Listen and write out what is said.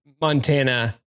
Montana